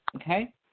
Okay